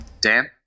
Dan